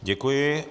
Děkuji.